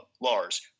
Lars